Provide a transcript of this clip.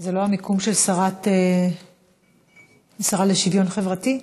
זה לא המיקום של השרה לשוויון חברתי,